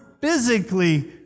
physically